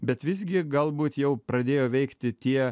bet visgi galbūt jau pradėjo veikti tie